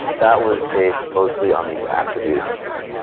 that was based mostly on these attributes,